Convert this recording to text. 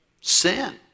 Sin